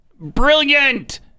brilliant